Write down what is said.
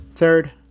Third